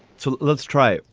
so let's try.